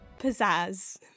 pizzazz